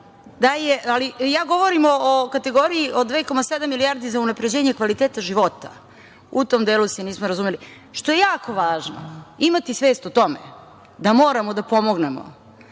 ali ja govorim o kategoriji od 2,7 milijardi za unapređenje kvaliteta života. U tom delu se nismo razumeli. To je jako važno, imati svest o tome da moramo da pomognemo